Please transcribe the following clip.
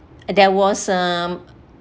there was um